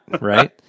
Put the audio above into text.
Right